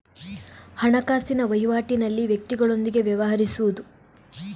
ಹಣಕಾಸಿನ ವಹಿವಾಟಿನಲ್ಲಿ ವ್ಯಕ್ತಿಗಳೊಂದಿಗೆ ವ್ಯವಹರಿಸುವುದು